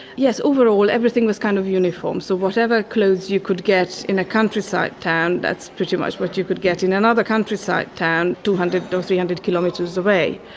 yes, overall everything was kind of uniform. so whatever clothes you could get in a countryside town, that's pretty much what you could get in another countryside town two hundred or three hundred kilometres away.